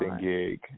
gig